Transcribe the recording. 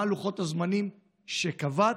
מה לוחות הזמנים שקבעת?